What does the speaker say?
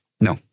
No